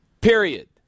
Period